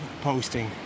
posting